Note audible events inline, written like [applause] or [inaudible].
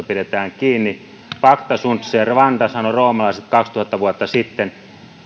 [unintelligible] pidetään kiinni pacta sunt servanda sanoivat roomalaiset kaksituhatta vuotta sitten